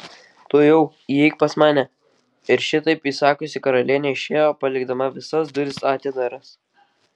tuojau įeik pas mane ir šitaip įsakiusi karalienė išėjo palikdama visas duris atidaras